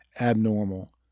abnormal